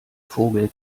vogel